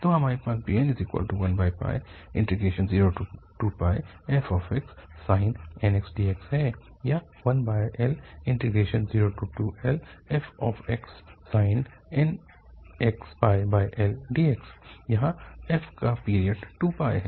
तो हमारे पास bn102πfxsin nx dx है या 1L02Lfxsin nxπL dx यहाँ f का पीरियड 2 है